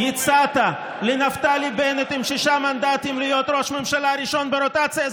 הצעת לנפתלי בנט עם שישה מנדטים להיות ראש ממשלה ראשון ברוטציה,